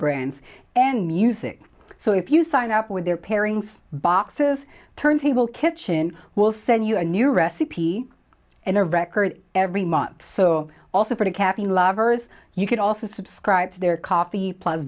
brands and music so if you sign up with their pairings boxes turntable kitchen will send you a new recipe and a record every month so also for capping lovers you can also subscribe to their coffee plu